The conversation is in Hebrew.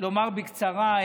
לומר בקצרה,